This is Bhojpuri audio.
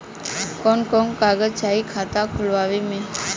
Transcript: कवन कवन कागज चाही खाता खोलवावे मै?